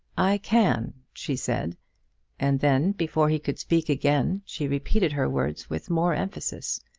i can, she said and then, before he could speak again, she repeated her words with more emphasis.